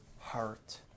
heart